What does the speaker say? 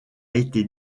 été